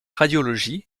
radiologie